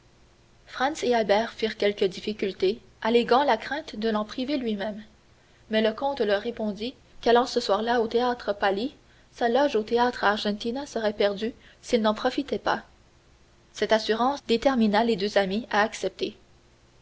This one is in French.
firent quelques difficultés alléguant la crainte de l'en priver lui-même mais le comte leur répondit qu'allant ce soir-là au théâtre palli sa loge au théâtre argentina serait perdue s'ils n'en profitaient pas cette assurance détermina les deux amis à accepter